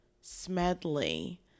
Smedley